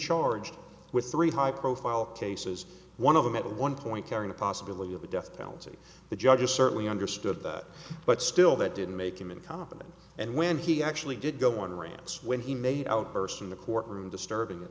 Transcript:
charged with three high profile cases one of them at one point carrying a possibility of a death penalty the judge certainly understood that but still that didn't make him incompetent and when he actually did go on rants when he made outbursts in the courtroom disturbing